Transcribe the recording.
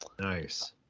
Nice